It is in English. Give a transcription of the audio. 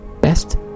best